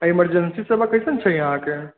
emergency सभ कइसन छै इहाँके